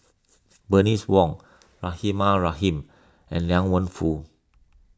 Bernice Wong Rahimah Rahim and Liang Wenfu